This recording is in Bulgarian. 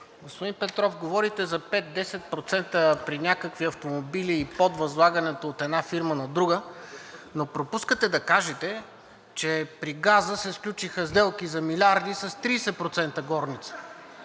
Господин Петров, говорите за 5 – 10% при някакви автомобили и подвъзлагането от една фирма на друга, но пропускате да кажете, че при газа се сключиха сделки за милиарди с 30% горница,